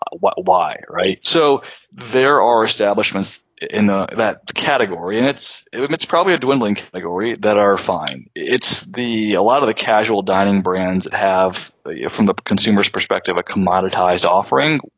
what? why? right. so there are establishments in ah that category and it's it's probably dwindling like orie that are fine. it's the a lot of the casual dining brands and have yeah from the consumer's perspective, a commoditized offering.